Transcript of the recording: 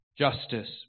Justice